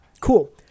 Cool